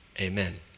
amen